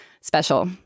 special